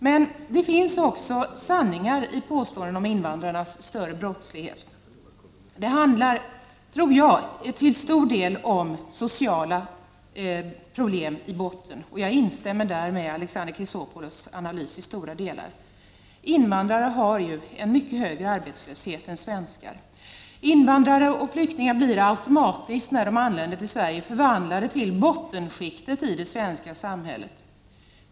Men det finns också sanningar i påståendena om en mer omfattande brottslighet hos invandrare. Det handlar till stor del, tror jag, om sociala problem i botten. Jag instämmer där i mycket av Alexander Chrisopoulos analys. Invandrare har en mycket högre arbetslöshet än svenskar. Invandrare och flyktingar blir, när de anländer till Sverige, förpassade till bottenskiktet i det svenska samhället.